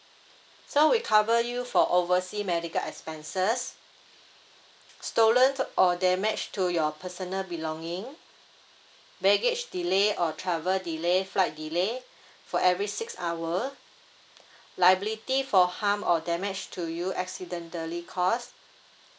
so we cover you for oversea medical expenses stolen or damage to your personal belonging baggage delay or travel delay flight delay for every six hour liability for harm or damage to you accidentally caused